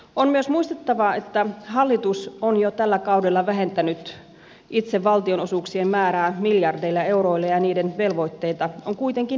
on myös muistettava että hallitus on jo tällä kaudella vähentänyt itse valtionosuuksien määrää miljardeilla euroilla ja niiden velvoitteita on kuitenkin lisätty